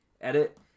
edit